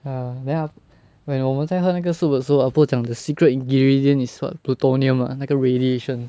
ya then aft~ when 我们在喝那个 soup 的时候 ah bo 讲 the secret ingredient is what plutonium ah 那个 radiation